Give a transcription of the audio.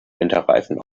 winterreifen